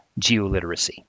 geoliteracy